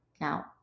Now